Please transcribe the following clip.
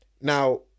Now